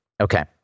Okay